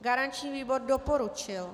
Garanční výbor doporučil.